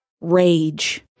rage